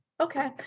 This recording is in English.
Okay